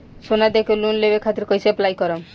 सोना देके लोन लेवे खातिर कैसे अप्लाई करम?